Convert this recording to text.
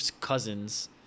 cousins